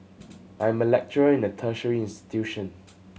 I am a lecturer in a tertiary institution